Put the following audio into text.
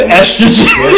estrogen